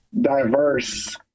diverse